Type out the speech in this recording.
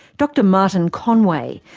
dr martin conway.